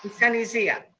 sunny zia.